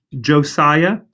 Josiah